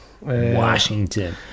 Washington